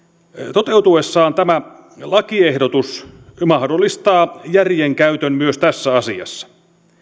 toteutuessaan tämä lakiehdotus mahdollistaa järjen käytön myös tässä asiassa